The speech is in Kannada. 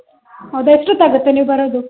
ಹೌದಾ ಎಷ್ಟೊತ್ತು ಆಗತ್ತೆ ನೀವು ಬರೋದು